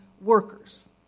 workers